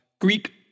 Greek